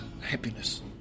happiness